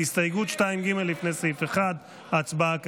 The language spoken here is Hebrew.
הצבעה כעת.